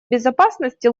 безопасности